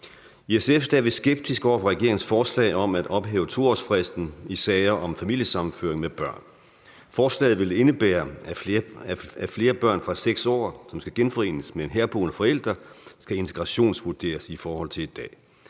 I SF er vi skeptiske over for regeringens forslag om at ophæve 2-årsfristen i sager om familiesammenføring med børn. Forslaget vil indebære, at i forhold til i dag skal flere børn over 6 år, som skal genforenes med en herboende forælder, integrationsvurderes. Lovforslaget